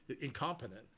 incompetent